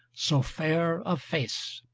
so fair of face.